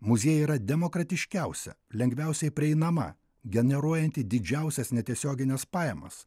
muziejai yra demokratiškiausia lengviausiai prieinama generuojanti didžiausias netiesiogines pajamas